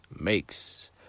makes